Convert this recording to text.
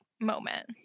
moment